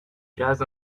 jazz